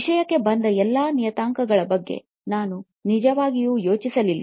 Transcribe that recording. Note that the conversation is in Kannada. ವಿಷಯಕ್ಕೆ ಬಂದ ಎಲ್ಲಾ ನಿಯತಾಂಕಗಳ ಬಗ್ಗೆ ನಾನು ನಿಜವಾಗಿಯೂ ಯೋಚಿಸಲಿಲ್ಲ